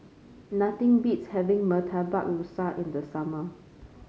nothing beats having Murtabak Rusa in the summer